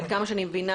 עד כמה שאני מבינה,